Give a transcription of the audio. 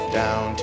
down